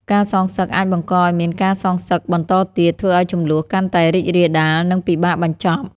ការសងសឹកអាចបង្កឲ្យមានការសងសឹកបន្តទៀត ធ្វើឲ្យជម្លោះកាន់តែរីករាលដាល និងពិបាកបញ្ចប់។